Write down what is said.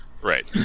Right